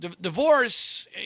Divorce